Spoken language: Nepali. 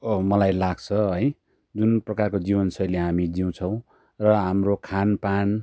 हो मलाई लाग्छ है जुन प्रकारको जीवन शैली हामी जिउछौँ र हाम्रो खान पान